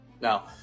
Now